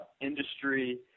industry